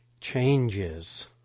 changes